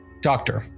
Doctor